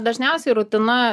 dažniausiai rutina